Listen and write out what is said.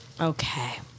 Okay